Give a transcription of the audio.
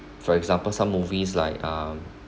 for example some movies like um